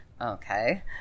Okay